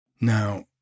Now